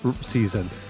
season